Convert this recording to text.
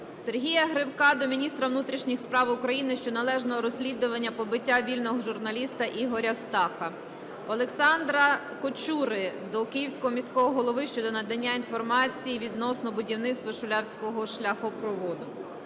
Сергія Гривка до міністра внутрішніх справ України щодо належного розслідування побиття вільного журналіста Ігоря Стаха. Олександра Качури до Київського міського голови щодо надання інформації відносно будівництва Шулявського шляхопроводу.